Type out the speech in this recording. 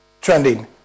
trending